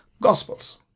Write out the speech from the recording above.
gospels